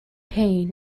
pain